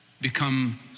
become